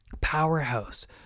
powerhouse